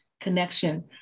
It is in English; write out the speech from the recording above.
connection